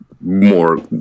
more